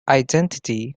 identity